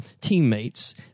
teammates